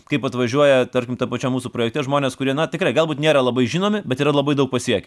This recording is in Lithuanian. kaip atvažiuoja tarkim tam pačiam mūsų projekte žmones kurie tikrai galbūt nėra labai žinomi bet yra labai daug pasiekę